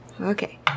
Okay